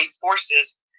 forces